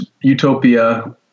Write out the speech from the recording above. utopia